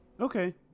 Okay